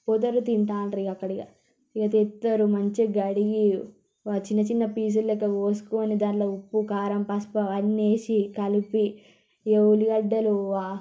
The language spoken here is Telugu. పోతారు తింటూ ఉంటారిక అక్కడిక ఇక తెస్తారు మంచిగ కడిగి చిన్న చిన్న పీసులు లెక్క కోసుకోని దాంట్లో ఉప్పు కారం పసుపు అవన్నీ వేసి కలిపి ఈ ఉల్లిగడ్డలు